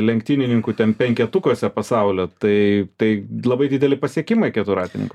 lenktynininkų ten penketukuose pasaulio tai tai labai dideli pasiekimai keturratininkų